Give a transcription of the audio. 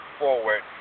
forward